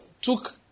took